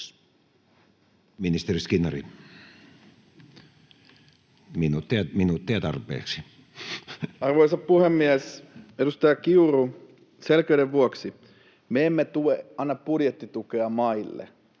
Arvoisa puhemies! Edustaja Kiuru, selkeyden vuoksi: Me emme anna budjettitukea maille.